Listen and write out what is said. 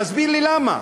תסביר לי למה.